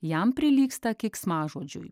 jam prilygsta keiksmažodžiui